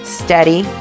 steady